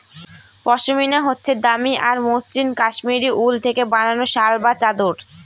পশমিনা হচ্ছে দামি আর মসৃণ কাশ্মীরি উল থেকে বানানো শাল বা চাদর